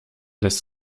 lässt